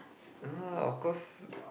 ah of course